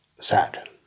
sad